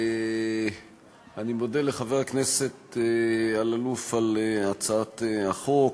אני מודה לחבר הכנסת אלאלוף על הצעת החוק.